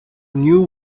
new